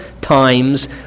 times